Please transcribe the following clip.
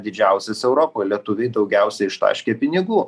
didžiausias europoj lietuviai daugiausiai ištaškė pinigų